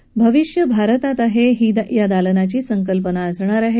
भविष्य भारतात आहे ही या दालनाची संकल्पना असणार आहे